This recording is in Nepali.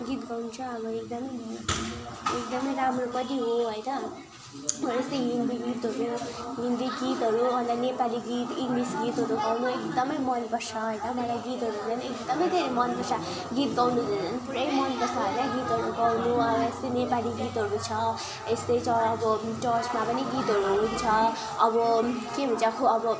गीत गाउनु चाहिँ अब एकदमै एकदमै राम्रो पनि हो होइन जस्तै हिन्दी गीतहरू हिन्दी गीतहरू अनलाइन नेपाली गीत इङ्लिस गीतहरू गाउनु एकदमै मनपर्छ होइन मलाई गीतहरू एकदमै धेरै मनपर्छ गीत गाउनु त पुरै मनपर्छ गीतहरू गाउनु यस्तै नेपाली गीतहरू छ यस्तै छ अब चर्चमा पनि गीतहरू हुन्छ अब के हुन्छ अब